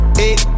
hey